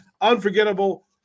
Unforgettable